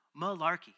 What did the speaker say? Malarkey